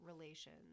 relations